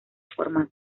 formato